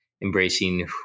embracing